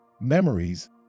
memories